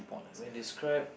when describe